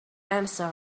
answer